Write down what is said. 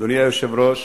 אדוני היושב-ראש,